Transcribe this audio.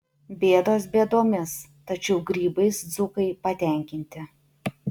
bėdos bėdomis tačiau grybais dzūkai patenkinti